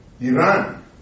Iran